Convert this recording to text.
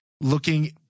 looking –